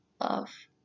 love